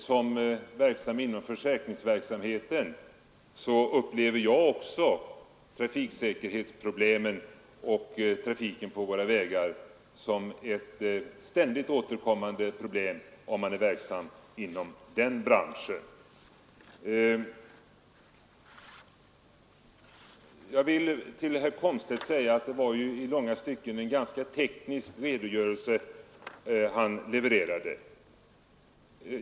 Som verksam inom försäkringsbranschen upplever också jag brister i trafiksäkerheten och trafiken på våra vägar som ett ständigt återkommande problem. Herr Komstedt gav en i långa stycken ganska teknisk redogörelse.